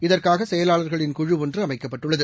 இதற்காகசெயலாளர்களின் குழு ஒன்றுஅமைக்கப்பட்டுள்ளது